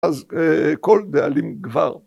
אז כל דאלים גבר.